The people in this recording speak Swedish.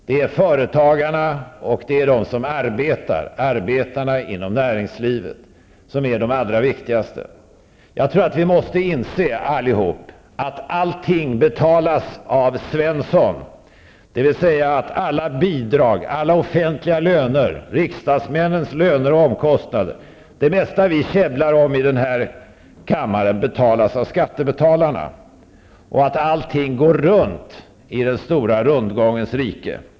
Det är företagarna och de som arbetar, arbetarna inom näringslivet, som är de allra viktigaste. Jag tror att vi allihopa måste inse att allting betalas av Svensson -- dvs. alla bidrag, alla offentliga löner, riksdagsmännens löner och omkostnader, ja, det mesta som vi i den här kammaren käbblar om betalas av skattebetalarna. Vidare går allting runt i den stora rundgångens rike.